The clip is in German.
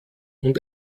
und